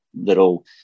little